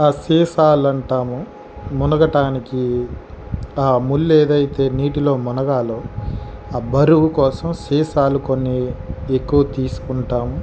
సీసాలంటాము మునగటానికి ముల్లు ఏదైతే నీటిలో మునగాలో ఆ బరువు కోసం సీసాలు కొన్ని ఎక్కువ తీసుకుంటాం